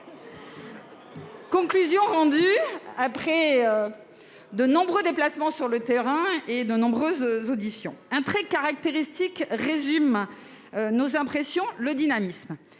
conclusions, après de nombreux déplacements sur le terrain et de nombreuses auditions. Un trait caractéristique résume nos impressions : le dynamisme.